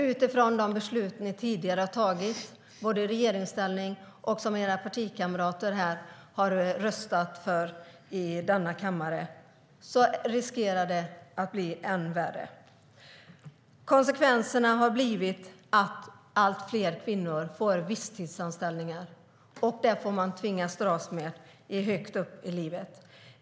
Utifrån de beslut som ni tidigare har tagit i regeringsställning och som era partikamrater har röstat för i denna kammare riskerar det att bli än värre. Konsekvenserna har blivit att allt fler kvinnor får visstidsanställningar, och det får man dras med högt upp i livet.